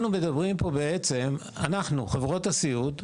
חברות הסיעוד,